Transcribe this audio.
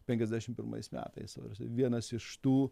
penkiasdešim pirmais metais vienas iš tų